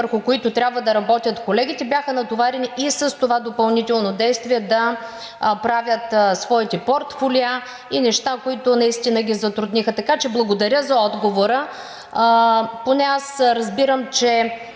върху които трябва да работят. Колегите бяха натоварени и с това допълнително действие да правят своите портфолиа и неща, които наистина ги затрудниха. Така че благодаря за отговора.